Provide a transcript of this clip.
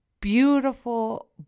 beautiful